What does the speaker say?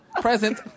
Present